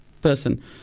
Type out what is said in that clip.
person